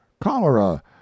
CHOLERA